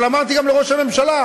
אבל אמרתי גם לראש הממשלה,